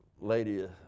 lady